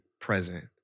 present